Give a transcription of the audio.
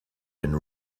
been